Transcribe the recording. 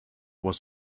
was